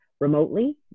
remotely